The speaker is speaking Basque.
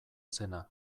zena